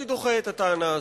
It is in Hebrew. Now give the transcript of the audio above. אני דוחה את הטענה הזאת.